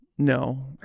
No